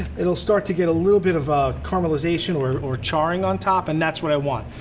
it'll start to get a little bit of ah caramelization or or charring on top and that's what i want.